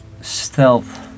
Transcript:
stealth